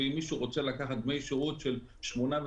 ואם מישהו רוצה לקחת דמי שירות של שמונה או